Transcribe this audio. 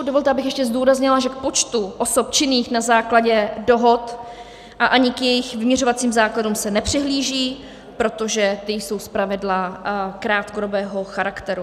Dovolte, abych ještě zdůraznila, že k počtu osob činných na základě dohod a ani k jejich vyměřovacím základům se nepřihlíží, protože ty jsou zpravidla krátkodobého charakteru.